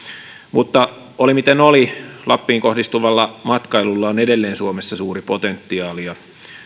mutta oli miten oli lappiin kohdistuvalla matkailulla on edelleen suomessa suuri potentiaali